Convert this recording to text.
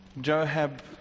Joab